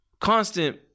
constant